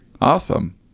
Awesome